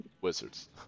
Wizards